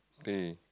teh